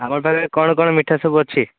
ଆପଣଙ୍କ ପାଖରେ କ'ଣ କ'ଣ ମିଠା ସବୁ ଅଛି